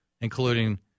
including